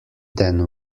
then